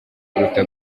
kuruta